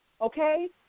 Okay